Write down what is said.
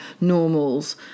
normals